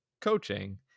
coaching